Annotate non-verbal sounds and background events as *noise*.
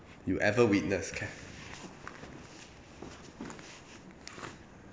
you ever witnessed *noise*